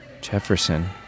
Jefferson